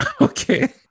Okay